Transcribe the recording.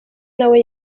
nawe